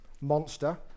Monster